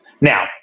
Now